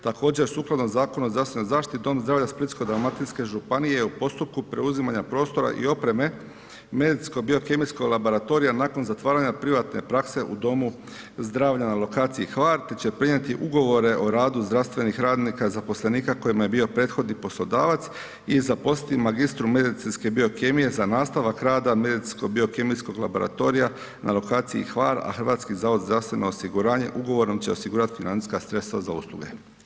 Također sukladno Zakonu o zdravstvenoj zaštiti Dom zdravlja Splitsko-dalmatinske županije je u postupku preuzimanja prostora i opreme medicinsko-biokemijskog laboratorija nakon zatvaranja privatne prakse u Domu zdravlja na lokaciji Hvar, te će prenijeti ugovore o radu zdravstvenih radnika, zaposlenika kojima je bio prethodni poslodavac i zaposliti magistru medicinske biokemije za nastavak rada medicinsko-biokemijskog laboratorija na lokaciji Hvar, a HZZO ugovorom će osigurati financijska sredstva za usluge.